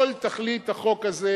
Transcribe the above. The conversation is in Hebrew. כל תכלית החוק הזה